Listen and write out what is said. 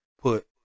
put